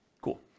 Cool